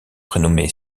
prénommé